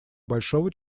большого